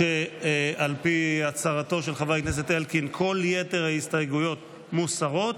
שעל פי הצהרתו של חבר הכנסת אלקין כל יתר ההסתייגות מוסרות,